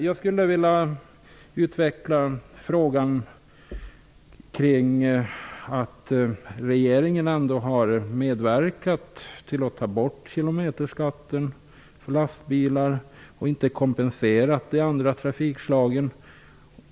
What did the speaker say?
Jag vill utveckla det faktum att regeringen ändå har medverkat till att ta bort kilometerskatten för lastbilar och inte kompenserat för de andra trafikslagen.